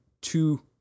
two